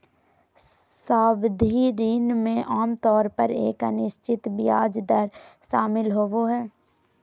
सावधि ऋण में आमतौर पर एक अनिश्चित ब्याज दर शामिल होबो हइ